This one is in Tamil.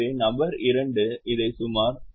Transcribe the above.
எனவே நபர் 2 இதை சுமார் 0